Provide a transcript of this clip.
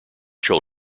five